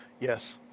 Yes